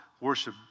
worship